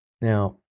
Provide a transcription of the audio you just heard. Now